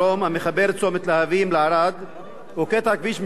הוא קטע כביש מסוכן הגובה קורבנות רבים,